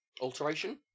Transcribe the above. Alteration